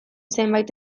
zenbait